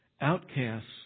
outcasts